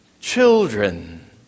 children